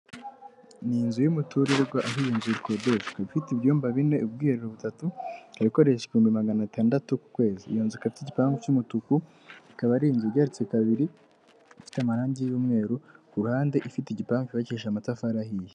Ni nzu y'umuturirwa aho iyi nzu ikodeshwa, ifite ibyumba bine, ubwihereru butatu, ikaba ikodeshwa ibihumbi magana atandatu ku kwezi. Iyo nzu ikaba ifite igipangu cy'umutuku, ikaba ari inzu igeretse kabiri, ifite amarangi y'umweru, ku ruhande ifite igipangu cyubakishije amatafari ahiye.